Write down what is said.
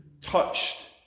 touched